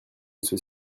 ceux